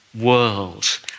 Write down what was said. world